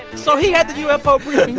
so he had the ufo briefing,